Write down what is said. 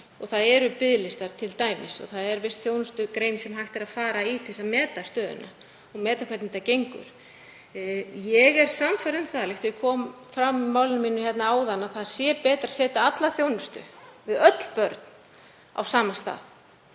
og það eru biðlistar t.d. og það er víst þjónustugrein sem hægt er að fara í til að meta stöðuna og meta hvernig þetta gengur. Ég er sannfærð um það, líkt og kom fram í máli mínu áðan, að betra sé að setja alla þjónustu við öll börn á sama stað.